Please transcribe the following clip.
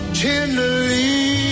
tenderly